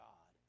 God